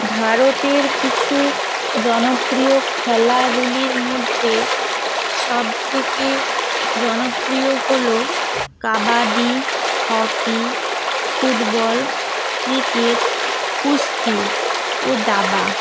ভারতের কিছু জনপ্রিয় খেলাগুলির মধ্যে সবথেকে জনপ্রিয় হল কাবাডি হকি ফুটবল ক্রিকেট কুস্তি ও দাবা